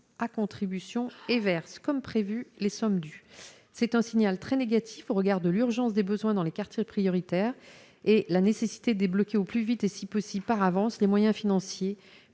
à contribution et verse comme prévu les sommes dues, c'est un signal très négatif au regard de l'urgence des besoins dans les quartiers prioritaires et la nécessité débloquer au plus vite et si possible par avance les moyens financiers